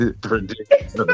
predictions